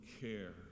care